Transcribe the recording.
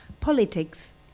politics